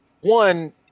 one